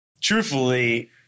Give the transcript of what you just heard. Truthfully